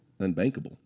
unbankable